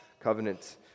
covenant